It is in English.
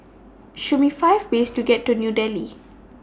Show Me five ways to get to New Delhi